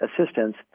assistance